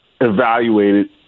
evaluated